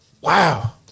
Wow